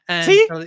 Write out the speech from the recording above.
See